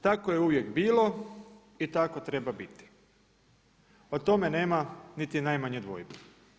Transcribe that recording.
Tako je uvijek bilo i tako treba biti, o tome nema niti najmanje dvojbe.